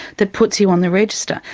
that puts you on the register,